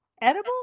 edible